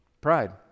Pride